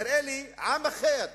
תראה לי עם אחר,